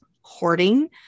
hoarding